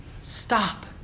stop